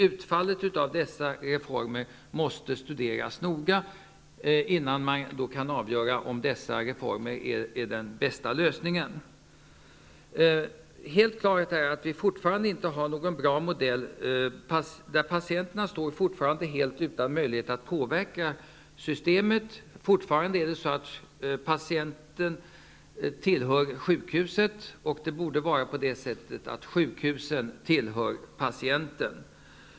Utfallet av dessa reformer måste studeras noga innan man kan avgöra om sådana reformer är den bästa lösningen. Patienterna står dock fortfarande helt utan möjlighet att påverka systemet. Patienten tillhör fortfarande sjukhuset. Det borde vara sjukhusen som tillhör patienten.